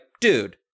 dude